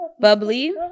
bubbly